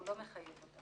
הוא לא מחייב אותם.